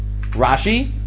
Rashi